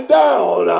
down